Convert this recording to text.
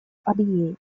абьее